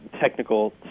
technical